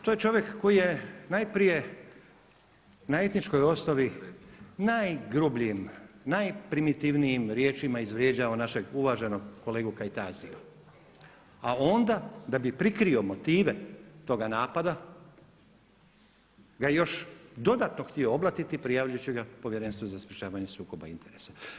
To je čovjek koji je najprije na etničkoj osnovi najgrubljim, najprimitivnijim riječima izvrijeđao našeg uvaženog kolegu Kajtazija a onda da bi prikrio motive toga napada ga još dodatno htio oblatiti prijavljujući ga Povjerenstvu za sprječavanje sukoba interesa.